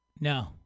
No